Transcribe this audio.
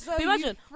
imagine